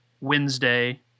Wednesday